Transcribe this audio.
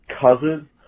cousin